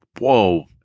Whoa